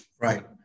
Right